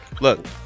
look